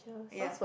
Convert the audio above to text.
ya